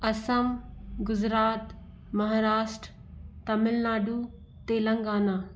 Assam Gujarat Maharashtra Tamil Nadu Telangana